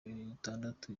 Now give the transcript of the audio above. bitandatu